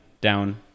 down